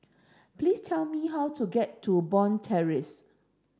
please tell me how to get to Bond Terrace